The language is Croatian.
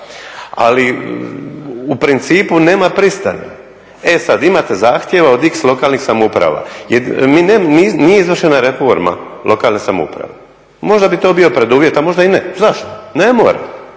Ali, u principu nema pristana. E sad, imate zahtjeva od x lokalnih samouprava, mi nemamo, nije izvršena reforma lokalne samouprave. Možda bi to bio preduvjet, a možda i ne, zašto? Ne mora.